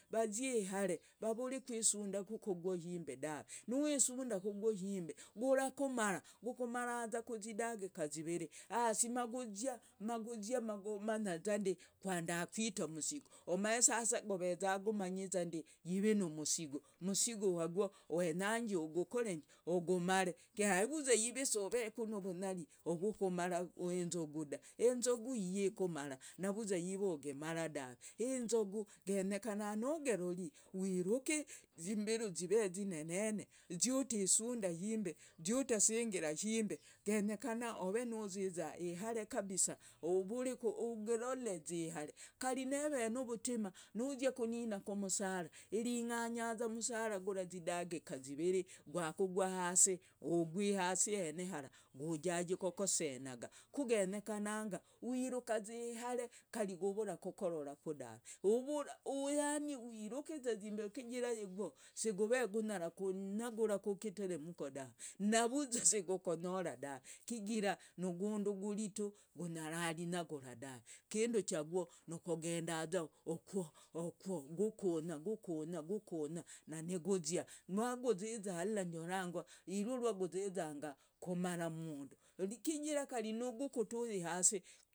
Vaza ihare. uvure kwisunda kugwoo ayimbe dave. Nuwisunda kugwoo ashimbe gurakumara. gurakumaraza kuzidakika zivere. Basi maguzi maguzi magumanyazande ndakwita umusigu. umanye sada goveza gumanyizande yive numusigu, umusigu wagwo wenyangi ogokorendi ugumare. Kari na yiv soveku nuvunyari uvwukumara enzogu dave. kwe enzogu genyekana nogerori wiruke zimbiru zive zinene zitusunda ahimbe. ziutasingira ayimbe. genyekana ove nuziza ihare kabisa. Ogeloleza ihare kariza neve nuvutema nuzia kunina kumusara iringanyaza umusaraza gura zidakika zivere gwakugwa, hase ugwa hase hara gujaga kukosenaga. kugenyekana wirukaza ihare kari guvura kukororaku dave. Yaani wirukiza zimbiru, chigara yigwo siguve gunyara kunyagura kuketeremko dave. navuzwa sigukonyoraku dave, chigara nugundu uguritu gunyara irinyagura dave. kindu cha gwoo nikugenda hukwo! Hukwo! Gukunya gukunya na niguzia. na rwaguziza lyonangwa nirwo rwaguzizanga kumara umundu. chigara gari nuguturi hase.